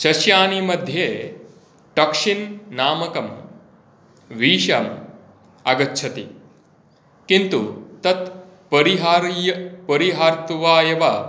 सस्यानि मध्ये टाक्सिन् नामकं विषम् आगच्छति किन्तु तत् परिहार्य परिहृत्वा एव